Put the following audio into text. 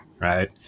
right